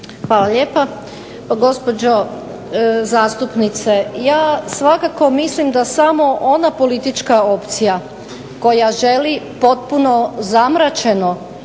Hvala lijepa. Gospođo zastupnice, ja svakako mislim da samo ona politička opcija koja želi potpuno zamračeno